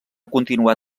continuar